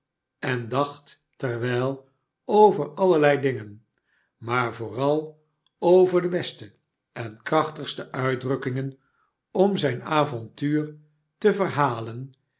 en dacht terwijl over allerlei dingen maar voor al over de beste en krachtigste uitdrukkingen om zijn avontuur te verhalen